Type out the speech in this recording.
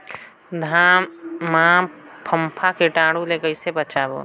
धान मां फम्फा कीटाणु ले कइसे बचाबो?